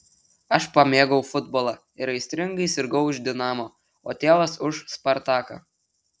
aš pamėgau futbolą ir aistringai sirgau už dinamo o tėvas už spartaką